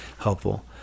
helpful